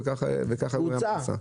וזה בוצע.